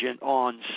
on